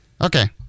Okay